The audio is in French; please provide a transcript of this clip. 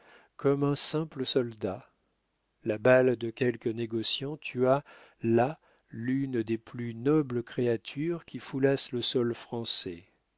comme un simple soldat la balle de quelque négociant tua là l'une des plus nobles créatures qui foulassent le sol français